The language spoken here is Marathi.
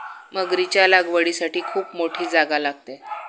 मगरीच्या लागवडीसाठी खूप मोठी जागा लागते